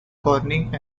corning